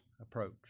approach